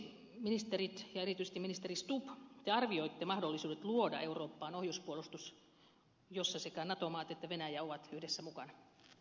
millaisiksi ministerit arvioivat ja erityisesti ministeri stubb te arvioitte mahdollisuudet luoda eurooppaan ohjuspuolustus jossa sekä nato maat että venäjä ovat yhdessä mukana